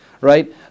right